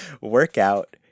Workout